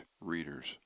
readers